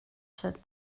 said